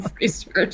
research